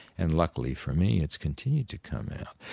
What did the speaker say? and luckily for me, it's continued to come out,